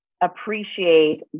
appreciate